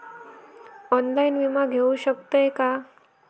Online विमा घेऊ शकतय का?